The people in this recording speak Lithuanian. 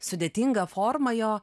sudėtingą formą jo